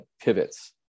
pivots